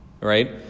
Right